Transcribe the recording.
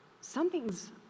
something's